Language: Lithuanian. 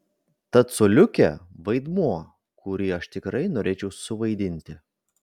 tad coliukė vaidmuo kurį aš tikrai norėčiau suvaidinti